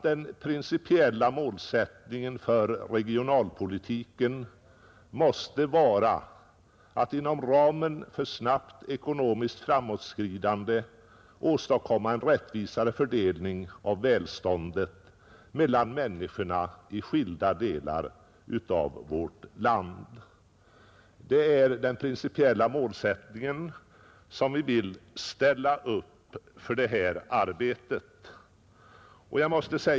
Den principiella målsättningen för regionalpolitiken måste vara att inom ramen för snabbt ekonomiskt framåtskridande åstadkomma en rättvisare fördelning av välståndet mellan människorna i skilda delar av vårt land. Det är alltså detta som vi vill ställa upp som mål för arbetet.